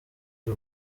the